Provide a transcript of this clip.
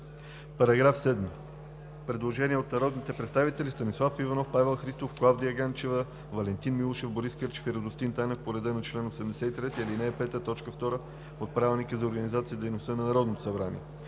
ЛЕТИФОВ: Предложение от народните представители Станислав Иванов, Павел Христов, Клавдия Ганчева, Валентин Милушев, Борис Кърчев и Радостин Танев по реда на чл. 83, ал. 5, т. 2 от Правилника за организацията и дейността на Народното събрание.